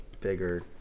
bigger